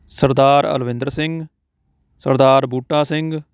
Sardar Alwinder Singh Sardar Boota Singh